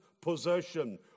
possession